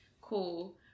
Cool